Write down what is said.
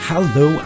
Hello